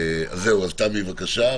תמי, בבקשה.